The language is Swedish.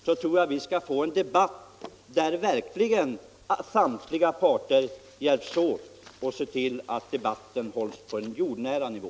Då kan vi få en debatt, där samtliga parter verkligen hjälps åt och ser till att diskussionerna hålls på en jordnära nivå.